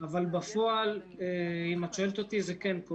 אבל בפועל, אם את שואלת אותי, זה כן קורה.